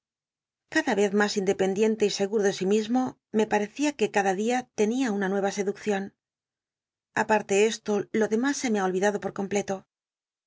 cada vez mas independiente y seguro de sí mismo me parecía que cada dia tenia una nue a seduccion aparte esto lo demns se me hn olvidado por completo